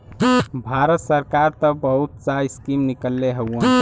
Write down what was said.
भारत सरकार त बहुत सा स्कीम निकलले हउवन